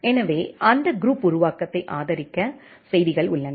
எனவே அந்த குரூப் உருவாக்கத்தை ஆதரிக்க செய்திகள் உள்ளன